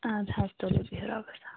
ادٕ حظ تُلِو بہیٛو رۄبَس حَوالہٕ